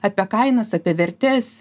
apie kainas apie vertes